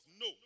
No